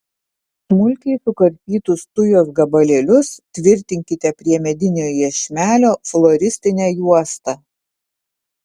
smulkiai sukarpytus tujos gabalėlius tvirtinkite prie medinio iešmelio floristine juosta